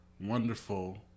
wonderful